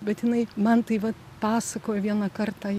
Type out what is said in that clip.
bet jinai man tai vat pasakojo vieną kartą